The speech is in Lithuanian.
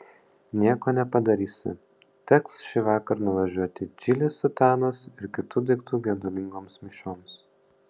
nieko nepadarysi teks šįvakar nuvažiuoti į džilį sutanos ir kitų daiktų gedulingoms mišioms